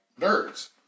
nerds